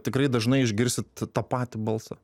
tikrai dažnai išgirsi t tą patį balsą